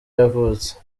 yavutse